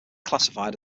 classified